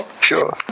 Sure